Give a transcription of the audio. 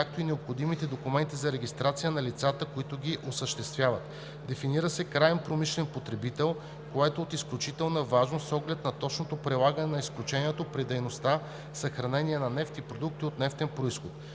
както и необходимите документи за регистрация на лицата, които ги осъществяват. Дефинира се „краен промишлен потребител“, което е от изключителна важност с оглед на точното прилагане на изключението при дейността „съхраняване на нефт и продукти от нефтен произход“.